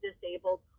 disabled